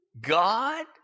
God